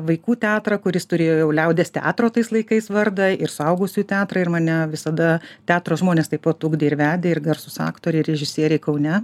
vaikų teatrą kuris turėjo jau liaudies teatro tais laikais vardą ir suaugusiųjų teatrą ir mane visada teatro žmonės taip pat ugdė ir vedė ir garsūs aktoriai režisieriai kaune